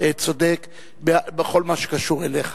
צודק בכל מה שקשור אליך.